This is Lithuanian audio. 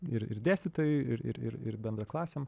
ir dėstytojui ir ir bendraklasiam